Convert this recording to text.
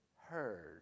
heard